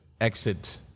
exit